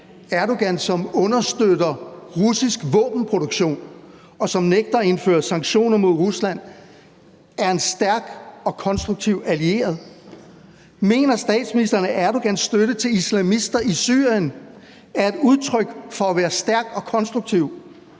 Erdogan, som understøtter russisk våbenproduktion, og som nægter at indføre sanktioner mod Rusland, er en stærk og konstruktiv allieret? Mener statsministeren, at Erdogans støtte til islamister i Syrien er et udtryk for at være stærk og konstruktiv,